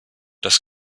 das